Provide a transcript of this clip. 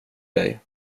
dig